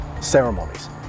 ceremonies